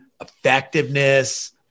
effectiveness